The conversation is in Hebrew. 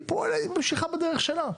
היא פועלת וממשיכה בדרך שלה,